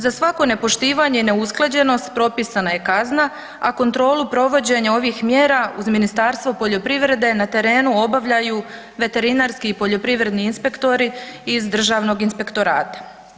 Za svako nepoštivanje i neusklađenost, propisana je kazna, a kontrolu provođenja ovih mjera uz Ministarstvo poljoprivrede na terenu obavljaju veterinarski i poljoprivredni inspektori iz Državnog inspektorata.